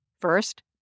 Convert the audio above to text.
First